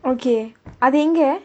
okay I think ~